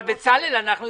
מה פירוש שאנחנו נאשר?